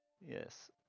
yes